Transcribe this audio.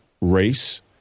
race